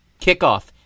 kickoff